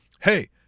Hey